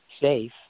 safe